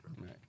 Right